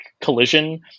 collision